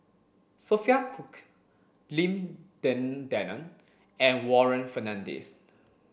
Sophia Cooke Lim Denan Denon and Warren Fernandez